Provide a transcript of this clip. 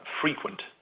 Frequent